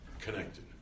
connected